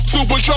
Super